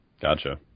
Gotcha